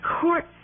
court